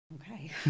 Okay